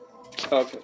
Okay